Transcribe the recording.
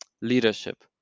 leadership